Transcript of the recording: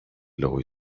law